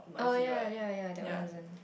oh ya ya ya that one isn't